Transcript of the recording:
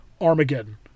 Armageddon